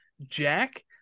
Jack